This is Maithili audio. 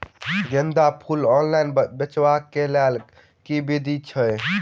गेंदा फूल ऑनलाइन बेचबाक केँ लेल केँ विधि छैय?